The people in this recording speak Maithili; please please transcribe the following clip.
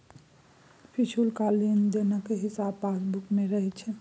पिछुलका लेन देनक हिसाब पासबुक मे रहैत छै